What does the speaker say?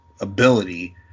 ability